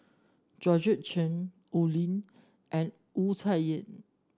Georgette Chen Oi Lin and Wu Tsai Yen